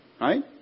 right